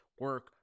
Work